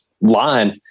line